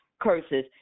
curses